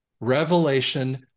Revelation